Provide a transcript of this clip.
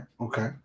okay